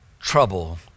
Trouble